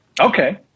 Okay